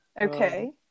Okay